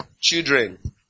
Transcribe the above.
Children